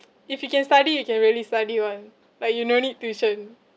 if you can study you can really study [one] like you no need tuition